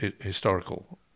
historical